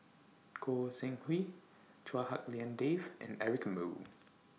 Goi Seng Hui Chua Hak Lien Dave and Eric Moo